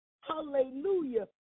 Hallelujah